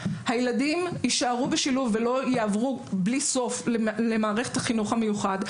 הילדים יישארו בשילוב ולא יעברו בלי סוף למערכת החינוך המיוחד.